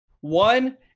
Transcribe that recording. one